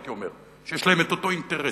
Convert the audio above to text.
שיש להן אותו אינטרס.